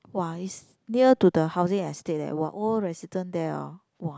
[wah] is near to the housing estate eh [wah] old resident there hor [wah]